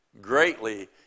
greatly